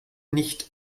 nicht